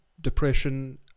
Depression